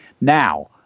Now